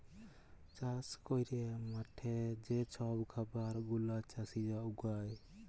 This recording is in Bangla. চাষ ক্যইরে মাঠে যে ছব খাবার গুলা চাষীরা উগায়